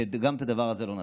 שגם את הדבר הזה לא נשים.